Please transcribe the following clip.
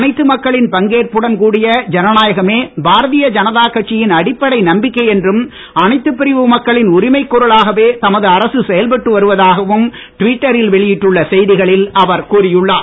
அனைத்து மக்களின் பங்கேற்புடன் கூடிய ஜனநாயகமே பாரதீய ஜனதா கட்சியின் அடிப்படை நம்பிக்கை என்றும் அனைத்துப் பிரிவு மக்களின் உரிமைக் குரலாகவே தமது அரசு செயல்பட்டு வருவதாகவும் ட்விட்டரில் வெளியிட்டுள்ள செய்திகளில் அவர் கூறியுள்ளார்